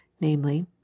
namely